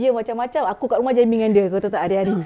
ya macam-macam aku kat rumah jadi mainan dia kau tahu tak hari-hari